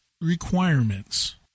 requirements